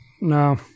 no